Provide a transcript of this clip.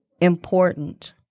important